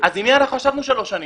אז עם מי אנחנו ישבנו שלוש שנים?